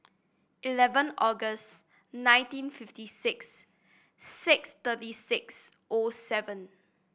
eleven August nineteen fifty six six thirty six O seven